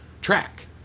track